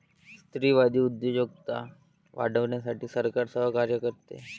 स्त्रीवादी उद्योजकता वाढवण्यासाठी सरकार सहकार्य करते